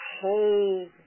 whole